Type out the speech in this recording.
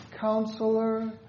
Counselor